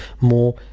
more